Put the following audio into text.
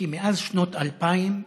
כי מאז שנת 2000,